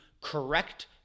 correct